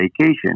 vacation